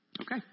okay